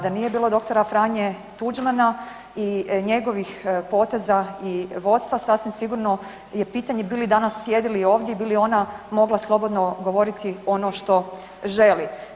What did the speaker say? Da nije bilo dr. Franje Tuđmana i njegovih poteza i vodstva, sasvim sigurno je pitanje bi li danas sjedili ovdje i bi li ona mogla slobodno govoriti ono što želi.